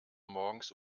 morgens